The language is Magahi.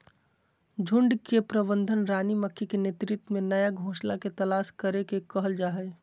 झुंड के प्रबंधन रानी मक्खी के नेतृत्व में नया घोंसला के तलाश करे के कहल जा हई